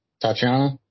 Tatiana